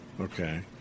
Okay